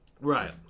Right